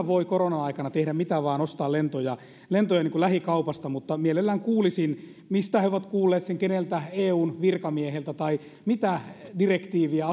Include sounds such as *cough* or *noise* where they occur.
*unintelligible* voi korona aikana tehdä mitä vaan ostaa lentoja niin kuin lähikaupasta mutta mielelläni kuulisin mistä he ovat kuulleet sen keneltä eun virkamiehiltä tai mitä direktiiviä *unintelligible*